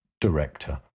director